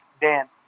Dan